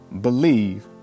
believe